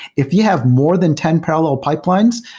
if you have more than ten parallel pipelines,